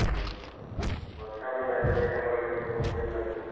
ଓଃ ଅଦ୍କା ବୋଲେ ଲାଗିଲା ଯେ ଆଜ୍ଞା ଆମର ଆଡ଼େ ଟିକେ କମ୍ ପରି ଲାଗୁଛି